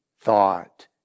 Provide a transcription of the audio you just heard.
thought